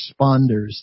responders